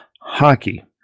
Hockey